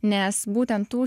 nes būtent tų